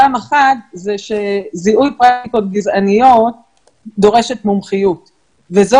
פעם אחת היא שזיהוי פרקטיקות גזעניות דורשת מומחיות וזו